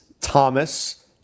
Thomas